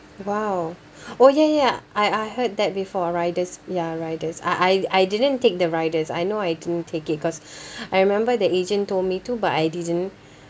!wow! oh ya ya ya I I heard that before riders ya riders uh I I didn't take the riders I know I didn't take it cause I remember the agent told me to but I didn't